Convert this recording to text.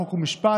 חוק ומשפט,